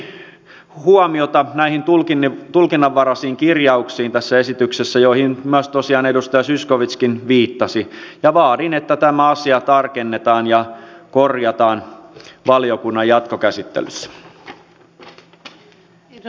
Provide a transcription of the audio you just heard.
kiinnitin tässä esityksessä huomiota näihin tulkinnanvaraisiin kirjauksiin joihin myös tosiaan edustaja zyskowicz viittasi ja vaadin että tämä asia tarkennetaan ja korjataan valiokunnan jatkokäsittelyssä